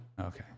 Okay